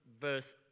verse